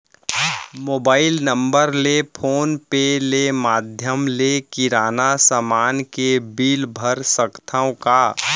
Mobile number ले PhonePe ले माधयम ले किराना समान के बिल भर सकथव का?